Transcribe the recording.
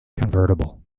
convertible